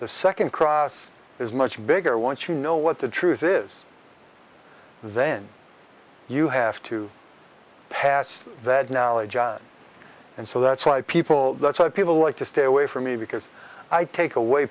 the second cross is much bigger once you know what the truth is then you have to pass that knowledge on and so that's why people that's why people like to stay away from me because i take away